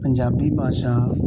ਪੰਜਾਬੀ ਭਾਸ਼ਾ